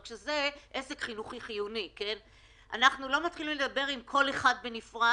אנחנו לא מתחילים לדבר עם כל אחד בנפרד,